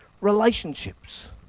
relationships